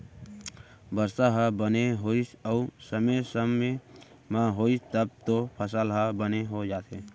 बरसा ह बने होइस अउ समे समे म होइस तब तो फसल ह बने हो जाथे